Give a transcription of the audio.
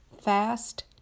fast